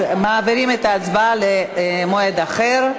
אז מעבירים את ההצבעה למועד אחר.